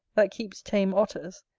that keeps tame otters,